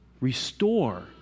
Restore